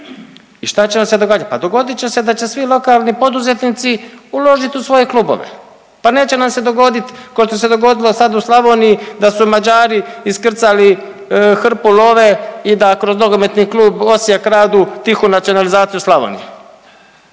i šta će vam se dogoditi? Pa dogodit će se da će svi lokalni poduzetnici uložiti u svoje klubove. Pa neće nam se dogoditi kao što se dogodilo sad u Slavoniji da su Mađari iskrcali hrpu love i da kroz NK Osijek radu tihu nacionalizaciju Slavonije.